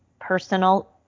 personal